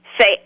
say